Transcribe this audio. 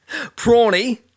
PRAWNY